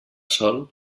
sol